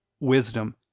Wisdom